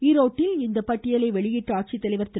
ஈரோட்டில் இப்பட்டியலை வெளியிட்ட ஆட்சித் தலைவர் திரு